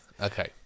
Okay